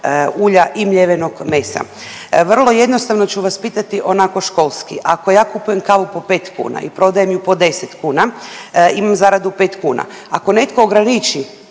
ulja i mljevenog mesa. Vrlo jednostavno ću vas pitati onako školski. Ako ja kupujem kavu po 5 kuna i prodajem ju po 10 kuna imam zaradu 5 kuna. Ako netko ograniči